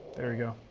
there you go.